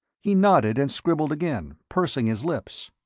he nodded and scribbled again, pursing his lips.